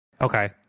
Okay